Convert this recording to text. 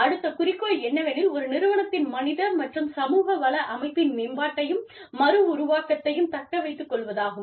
அடுத்த குறிக்கோள் என்னவெனில் ஒரு நிறுவனத்தின் மனித மற்றும் சமூக வள அமைப்பின் மேம்பாட்டையும் மறு உருவாக்கத்தையும் தக்க வைத்துக் கொள்ளுவதாகும்